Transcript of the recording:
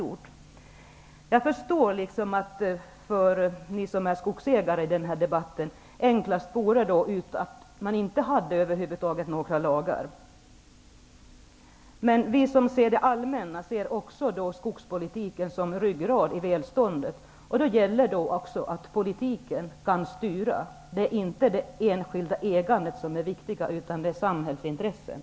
Jag förstår att det, för dem av er som är skogsägare, vore enklast att man inte över huvud taget hade några lagar. Men vi som ser det mer allmänt ser skogspolitiken som en ryggrad i välståndet. Det gäller då att politiken kan styra. Det är inte det enskilda ägandet som är det viktiga, utan samhällsintressena.